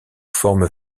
forme